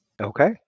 Okay